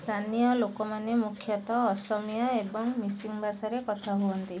ସ୍ଥାନୀୟ ଲୋକମାନେ ମୁଖ୍ୟତଃ ଅସମୀୟା ଏବଂ ମିସିଂ ଭାଷାରେ କଥା ହୁଅନ୍ତି